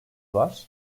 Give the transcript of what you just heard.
var